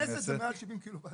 בכנסת זה מעל 70 קילו-וואט.